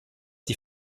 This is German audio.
die